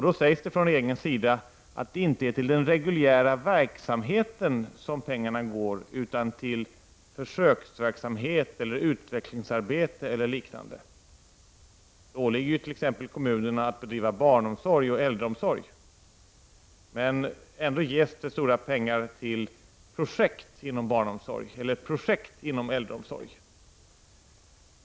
Det sägs då från regeringens sida att pengarna inte går till den reguljära verksamheten, utan till försöksverksamhet, utvecklingsarbete o.d. Det åligger t.ex. kommunerna att bedriva barnomsorg och äldreomsorg, men ändå ges det stora summor till projekt inom barnomsorg och äldreomsorg.